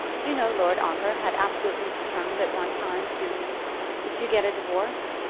do you know lord ongar had absolutely determined at one time to to get a divorce?